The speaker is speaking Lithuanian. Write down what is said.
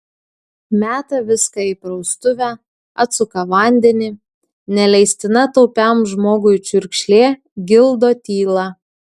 meta viską į praustuvę atsuka vandenį neleistina taupiam žmogui čiurkšlė gildo tylą